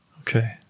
Okay